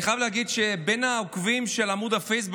אני חייב להגיד שבין העוקבים של עמוד הפייסבוק